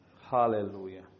Hallelujah